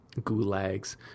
gulags